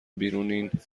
بیرونین